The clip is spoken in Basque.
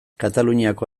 kataluniako